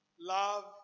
love